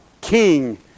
King